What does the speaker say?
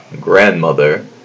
grandmother